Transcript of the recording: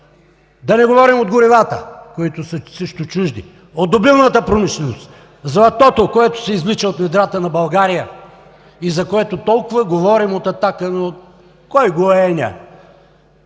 Да не говорим от горивата, които са също чужди! От добивната промишленост – златото, което се извлича от недрата на България и за което толкова говорим от „Атака“, но кой го е еня?